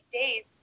days